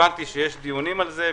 הבנתי שיש דיונים על זה,